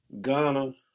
Ghana